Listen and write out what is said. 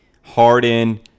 Harden